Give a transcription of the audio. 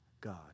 God